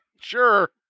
Sure